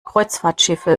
kreuzfahrtschiffe